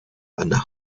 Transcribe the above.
ana